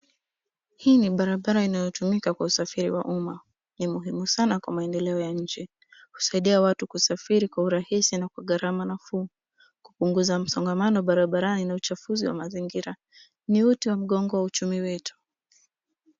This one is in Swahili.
Hii ni barabara inayotumika kwa usafiri wa umma. Ni muhimu sana kwa maendeleo ya nje. Husaidia watu kusafiri kwa urahisi na kwa gharama nafuu, kupunguza msongamano barabarani na uchafuzi wa mazingira. Ni uti wa mgongo wa uchumi wetu.